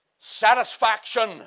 satisfaction